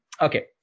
Okay